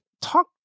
Talk